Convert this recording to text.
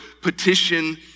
petition